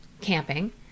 camping